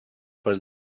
per